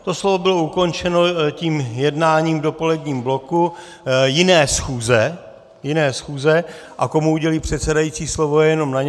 To slovo bylo ukončeno tím jednáním v dopoledním bloku jiné schůze, jiné schůze, a komu udělí předsedající slovo, je jenom na něm.